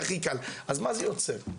מה זה יוצר?